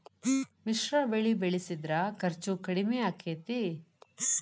ಮಿಶ್ರ ಬೆಳಿ ಬೆಳಿಸಿದ್ರ ಖರ್ಚು ಕಡಮಿ ಆಕ್ಕೆತಿ?